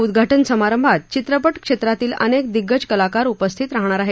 उद्घाटन समारंभात चित्रपट क्षेत्रातील अनेक दिग्गज कलाकार उपस्थित राहणार आहेत